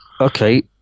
okay